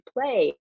play